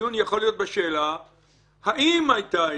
הדיון יכול להיות בשאלה אם הייתה התרשלות,